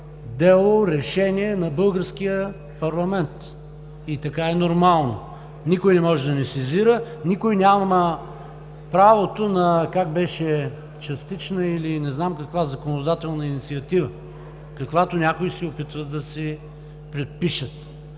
дело, решение на българския парламент и така е нормално. Никой не може да ни сезира, никой няма правото на частична или не знам каква законодателна инициатива, каквато някои се опитват да си препишат.